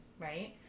Right